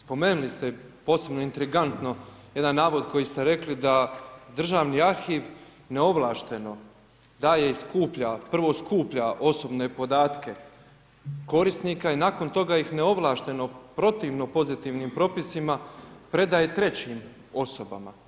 Spomenuli ste posebno intrigantno, jedan navod koji ste rekli, da državni arhiv, neovlašteno daje i skuplja, prvo skuplja osobne podatke, korisnika i nakon toga ih neovlašteno, protivno, pozitivnim propisima predaje trećim osobama.